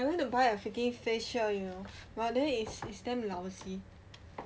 I want to buy a freaking face shield you know but then it's damn lousy